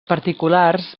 particulars